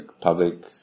public